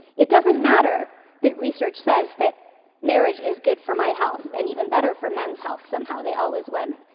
it doesn't matter that research says that marriage is good for my health and even better for men's health, somehow they always win.